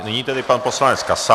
Nyní tedy pan poslanec Kasal.